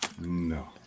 No